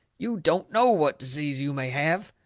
you don't know what disease you may have!